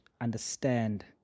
understand